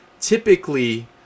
typically